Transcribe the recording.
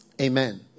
Amen